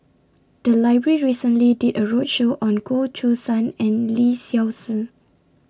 The Library recently did A roadshow on Goh Choo San and Lee Seow Ser